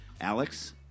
Alex